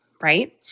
right